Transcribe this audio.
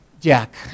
Jack